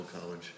College